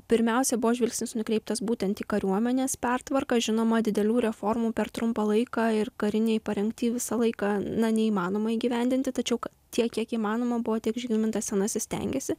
pirmiausia buvo žvilgsnis nukreiptas būtent į kariuomenės pertvarką žinoma didelių reformų per trumpą laiką ir karinėj parengty visą laiką na neįmanoma įgyvendinti tačiau tiek kiek įmanoma buvo tiek žygimantas senasis stengėsi